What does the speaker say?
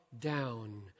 down